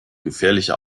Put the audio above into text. gefährlicher